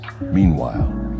meanwhile